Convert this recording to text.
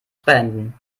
beenden